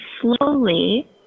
slowly